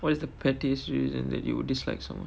what is the pettiest reason that you would dislike someone